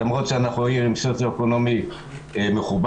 למרות שאנחנו במצב סוציואקונומי מכובד-7,